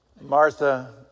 Martha